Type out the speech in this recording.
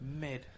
Mid